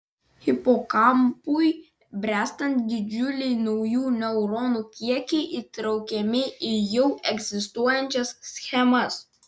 hipokampui bręstant didžiuliai naujų neuronų kiekiai įtraukiami į jau egzistuojančias schemas